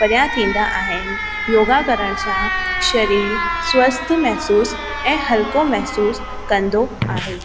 परियां थींदा आहिनि योगा करण सां शरीर स्वस्थ महिसूसु ऐं हल्को महिसूसु कंदो आहे